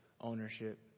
ownership